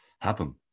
happen